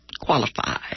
qualify